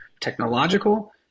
technological